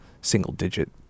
single-digit